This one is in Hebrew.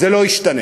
המצב לא ישתנה.